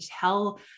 tell